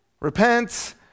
Repent